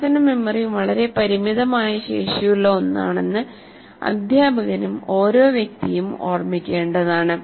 പ്രവർത്തന മെമ്മറി വളരെ പരിമിതമായ ശേഷിയുള്ള ഒന്നാണെന്ന് അധ്യാപകനും ഓരോ വ്യക്തിയും ഓർമ്മിക്കേണ്ടതാണ്